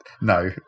no